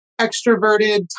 extroverted